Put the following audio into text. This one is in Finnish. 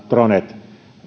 dronet